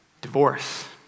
divorce